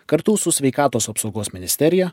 kartu su sveikatos apsaugos ministerija